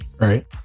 right